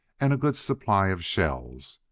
and a good supply of shells.